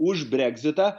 už breksitą